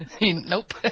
Nope